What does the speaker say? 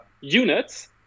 units